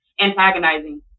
antagonizing